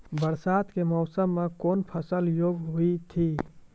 बरसात के मौसम मे कौन फसल योग्य हुई थी?